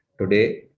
today